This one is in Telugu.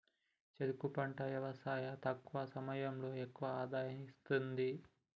చెరుకు పంట యవసాయం తక్కువ సమయంలో ఎక్కువ ఆదాయం ఇస్తుంది